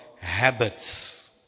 habits